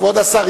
כבוד השר,